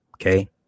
Okay